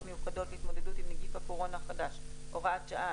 מיוחדות להתמודדות עם נגיף הקורונה החדש (הוראת שעה),